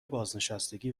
بازنشستگی